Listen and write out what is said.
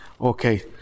okay